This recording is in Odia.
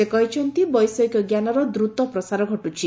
ସେ କହିଛନ୍ତି ବୈଷୟିକ ଜ୍ଞାନର ଦ୍ରତ ପ୍ରସାର ଘଟୁଛି